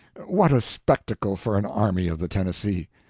what a spectacle for an army of the tennessee!